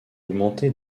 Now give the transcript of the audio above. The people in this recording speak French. augmenté